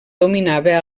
dominava